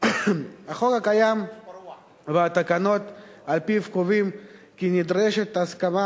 החוק הקיים והתקנות על-פיו קובעים כי נדרשת הסכמה